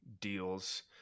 deals